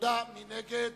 מי נגד?